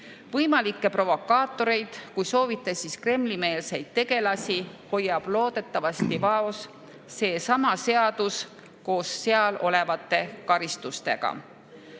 Võimalikke provokaatoreid, kui soovite, siis Kremli-meelseid tegelasi, hoiab loodetavasti vaos seesama seadus koos seal olevate karistustega.